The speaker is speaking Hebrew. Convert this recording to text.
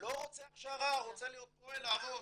"לא רוצה הכשרה, רוצה להיות פועל, לעבוד".